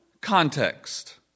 context